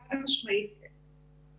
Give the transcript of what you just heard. חד משמעית כן.